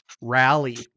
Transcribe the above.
rally